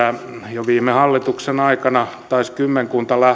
jo viime hallituksen aikana taisi kymmenkunta